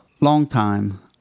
longtime